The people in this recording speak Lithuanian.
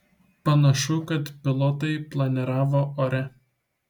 panašu kad pilotai planiravo ore